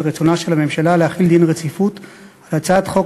להודיע על רצונה של הממשלה להחיל דין רציפות על הצעת חוק